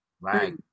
Right